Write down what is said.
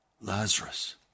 Lazarus